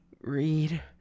Read